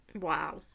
Wow